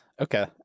Okay